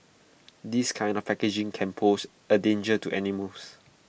this kind of packaging can pose A danger to animals